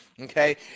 okay